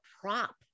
prop